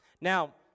Now